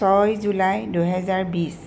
ছয় জুলাই দুহেজাৰ বিশ